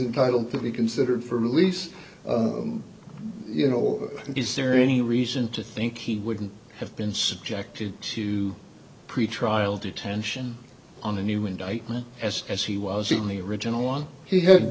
title to be considered for release you know is there any reason to think he wouldn't have been subjected to pretrial detention on a new indictment as as he was in the original one he had